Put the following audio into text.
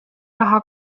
raha